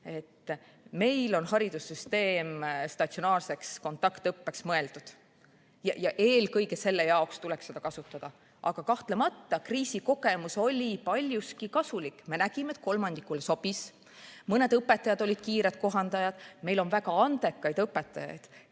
Meil on haridussüsteem mõeldud statsionaarseks kontaktõppeks ja eelkõige selle jaoks tuleks seda kasutada. Aga kahtlemata oli kriisikogemus paljuski kasulik. Me nägime, et kolmandikule see sobis. Mõned õpetajad olid kiired kohanejad. Meil on väga andekaid õpetajaid,